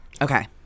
Okay